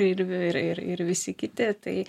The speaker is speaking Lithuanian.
ir ir visi kiti tai